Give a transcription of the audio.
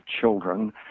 children